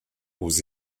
aux